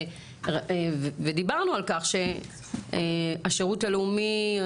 ודיברנו על כך שהשירות הלאומי,